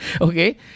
Okay